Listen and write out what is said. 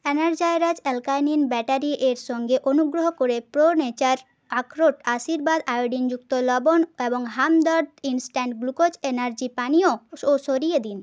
Energizer alkaline battery এর সঙ্গে অনুগ্রহ করে প্রো নেচার আখরোট আশীর্বাদ আয়োডিনযুক্ত লবণ এবং হামদার্দ ইনস্ট্যান্ট গ্লুকোজ এনার্জি পানীয় ও সরিয়ে দিন